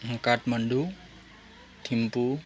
Kathmandu Thimphu